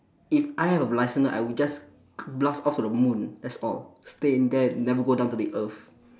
if I have a licence I would just blast off to the moon that's all stay in there never go down to the earth